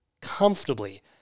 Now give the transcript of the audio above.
Comfortably